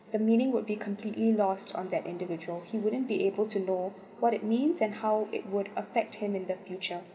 the meaning would be completely lost on that individual he wouldn't be able to know what it means and how it would affect him in the future